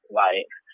life